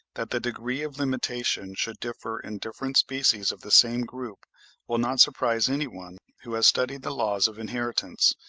that the degree of limitation should differ in different species of the same group will not surprise any one who has studied the laws of inheritance,